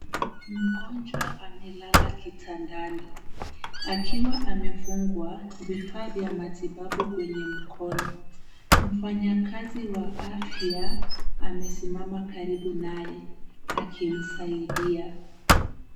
Mgonjwa amelala kitandani akiwa amefungwa vifaa vya matibabu kwenye mkono. Mfanyakazi wa afya amesimama karibu naye akimsaidia.